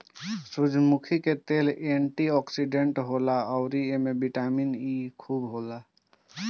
सूरजमुखी के तेल एंटी ओक्सिडेंट होला अउरी एमे बिटामिन इ खूब रहेला